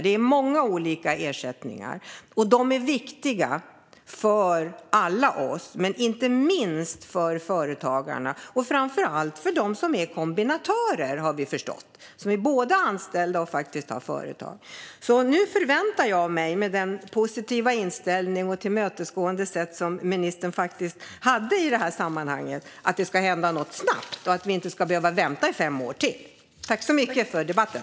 Det är många olika ersättningar, och de är viktiga för alla men inte minst för företagarna och framför allt för dem som är kombinatörer och både är anställda och har företag. Med den positiva inställning och det tillmötesgående sätt som ministern faktiskt hade i det här sammanhanget förväntar jag mig att det ska hända något snabbt och att vi inte ska behöva vänta i fem år till. Tack så mycket för debatten!